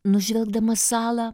nužvelgdama salą